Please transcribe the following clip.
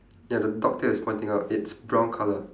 ya the dog tail is pointing up it's brown colour